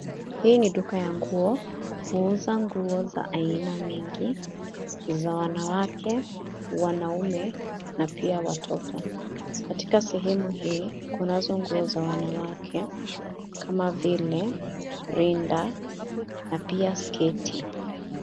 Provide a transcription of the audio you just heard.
Hii ni duka ya nguo. Huuza nguo za aina mingi, za wanawake, wanaume, na pia watoto. Katika sehemu hii, kunazo nguo za wanawake kama vile rinda na pia sketi.